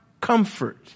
comfort